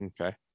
Okay